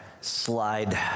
slide